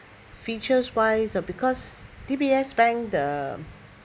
features wise because D_B_S bank the